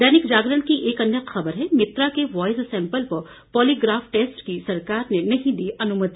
दैनिक जागरण की एक अन्य खबर है मित्रा के वॉयस सैंपल व पॉलीग्राफ टेस्ट की सरकार ने नहीं दी अनुमति